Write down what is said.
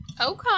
Okay